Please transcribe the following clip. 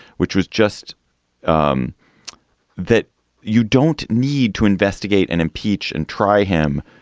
which was just um that you don't need to investigate and impeach and try him.